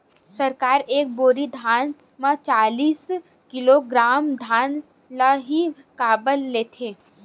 सरकार एक बोरी धान म चालीस किलोग्राम धान ल ही काबर लेथे?